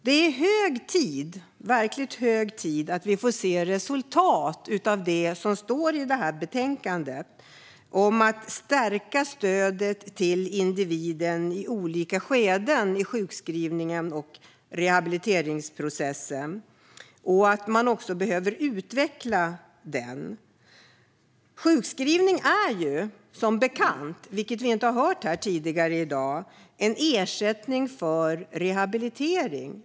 Det är hög tid att vi får se ett resultat av det som står i betänkandet om att stärka stödet till individen i olika skeden i sjukskrivnings och rehabiliteringsprocessen, och det behöver utvecklas. Sjukskrivning är ju som bekant, vilket vi inte har hört här tidigare i dag, en ersättning för rehabilitering.